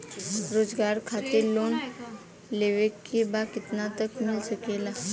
रोजगार खातिर लोन लेवेके बा कितना तक मिल सकेला?